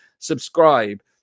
subscribe